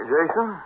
Jason